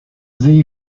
thee